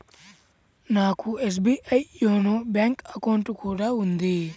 నాకు SBI YONO bank account కూడా ఉంది